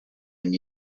and